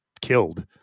killed